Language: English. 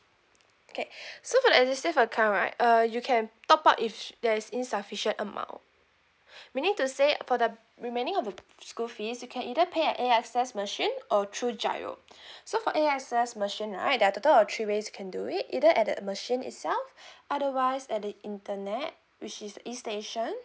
okay so for the edusave account right uh you can top up if there's insufficient amount meaning to say for the remaining of the school fees you can either pay at A_X_S machine or through G_I_R_O so for A_X_S machine right there are total of three ways you can do it either at the machine itself otherwise at the internet which is the E station